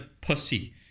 pussy